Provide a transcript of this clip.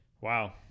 Wow